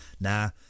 nah